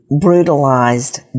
brutalized